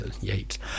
Yates